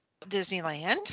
Disneyland